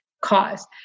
cause